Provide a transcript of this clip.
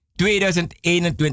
2021